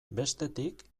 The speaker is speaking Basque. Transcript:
bestetik